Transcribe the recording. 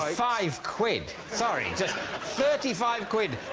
ah five quid! sorry, just thirty five quid